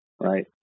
right